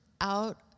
out